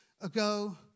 ago